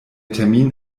termin